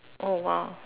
oh !wah!